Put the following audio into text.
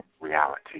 reality